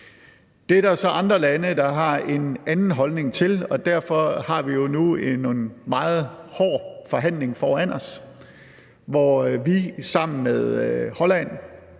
Det er der så andre lande der har en anden holdning til, og derfor har vi jo nu en meget hård forhandling foran os, hvor vi sammen med Holland,